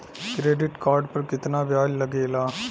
Credit card पर कितना ब्याज लगेला?